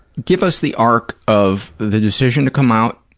give us the arc of the decision to come out,